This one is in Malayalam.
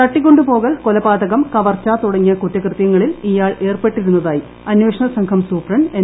തട്ടിക്കൊണ്ടു പോകൽ കൊലപാതകം കവർച്ച തുടങ്ങിയ കുറ്റകൃത്യങ്ങളിൽ ഇയാൾ ഏർപ്പെട്ടിരുന്നതായി അന്വേഷണ സംഘം സൂപ്രണ്ട് എൻ